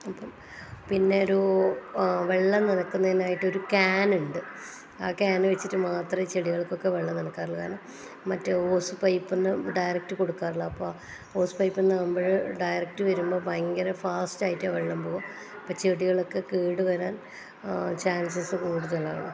അപ്പം പിന്നെ ഒരു വെള്ളം നിറക്കുന്നതിനായിട്ട് ഒരു ക്യാൻ ഉണ്ട് ആ ക്യാൻ വെച്ചിട്ട് മാത്രമേ ചെടികൾക്കൊക്കെ വെള്ളം നനയ്ക്കാറുള്ളൂ കാരണം മറ്റേ ഓസ് പൈപ്പിൽനിന്ന് ഡയറക്റ്റ് കൊടുക്കാറില്ല അപ്പോൾ ഓസ് പൈപ്പിൽനിന്നാകുമ്പോൾ ഡയറക്റ്റ് വരുമ്പോൾ ഭയങ്കര ഫാസ്റ്റ് ആയിട്ട് വെള്ളം പോകും അപ്പോൾ ചെടികളൊക്കെ കേടുവരാൻ ചാൻസസ് കൂടുതലാണ്